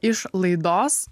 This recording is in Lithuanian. iš laidos